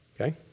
Okay